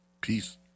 Peace